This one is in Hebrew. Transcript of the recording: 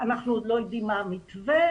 אנחנו עוד לא יודעים מה המתווה,